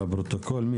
הרווחה,